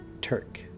Turk